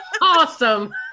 awesome